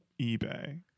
eBay